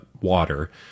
water